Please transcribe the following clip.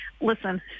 listen